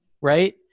right